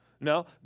No